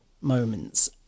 moments